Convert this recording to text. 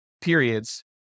periods